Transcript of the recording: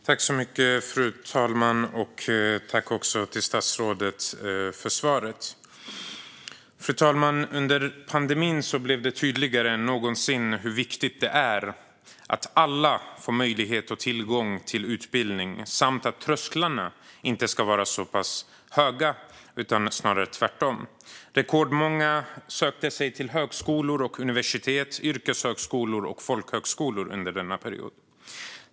Fru talman! Jag tackar statsrådet för svaret. Under pandemin blev det tydligare än någonsin hur viktigt det är att alla får möjlighet och tillgång till utbildning, fru talman - och att trösklarna inte är höga utan snarare tvärtom. Rekordmånga sökte sig till högskolor och universitet, yrkeshögskolor och folkhögskolor under denna period.